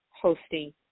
hosting